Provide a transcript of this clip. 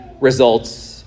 results